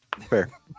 Fair